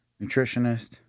nutritionist